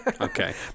Okay